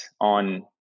on